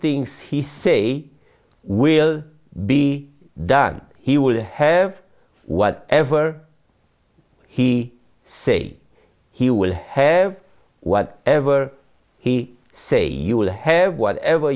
things he say will be done he will have what ever he say he will have what ever he say you will have whatever